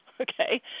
okay